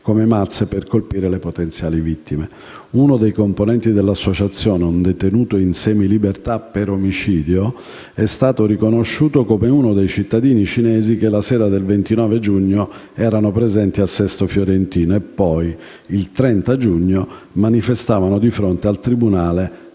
come mazze per colpire le potenziali vittime. Uno dei componenti dell'associazione, un detenuto in semilibertà per omicidio, è stato riconosciuto come uno dei cittadini cinesi che la sera del 29 giugno erano presenti a Sesto Fiorentino e poi, il 30 giugno, manifestavano di fronte al tribunale